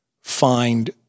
find